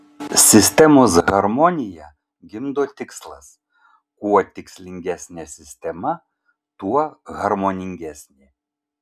sistemos harmoniją gimdo tikslas kuo tikslingesnė sistema tuo harmoningesnė